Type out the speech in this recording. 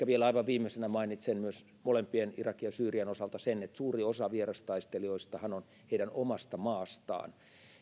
vielä aivan viimeisenä mainitsen myös molempien irakin ja syyrian osalta sen että suuri osahan vierastaistelijoista on on heidän omasta maastaan